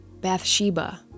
Bathsheba